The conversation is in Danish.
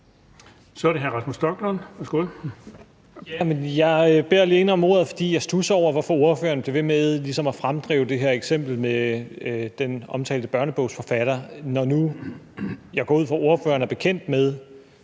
Kl. 14:55 Rasmus Stoklund (S): Jeg beder alene om ordet, fordi jeg studser over, hvorfor ordføreren bliver ved med ligesom at komme frem med det her eksempel med den omtalte børnebogsforfatter, når nu jeg går ud fra, at ordføreren er bekendt med,